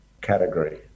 category